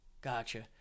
Gotcha